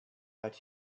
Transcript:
but